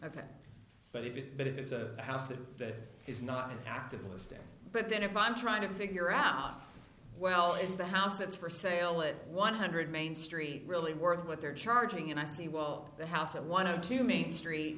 ok but if it but if it's a house that is not an active listing but then if i'm trying to figure out well is the house that's for sale at one hundred main street really worth what they're charging and i see well the house at one of two main street